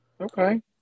Okay